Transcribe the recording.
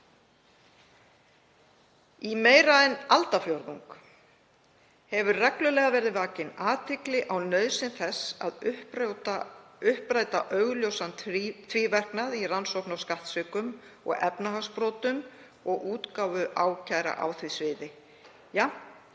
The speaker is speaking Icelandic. Í meira en aldarfjórðung hefur reglulega verið vakin athygli á nauðsyn þess að uppræta augljósan tvíverknað í rannsókn á skattsvikum og efnahagsbrotum og útgáfu ákæra á því sviði,